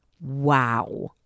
Wow